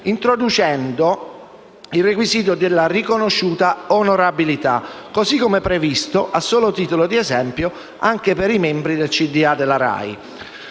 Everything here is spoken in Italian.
introducendo il requisito della riconosciuta onorabilità, così come previsto, a solo titolo di esempio, anche per i membri del consiglio di